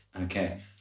Okay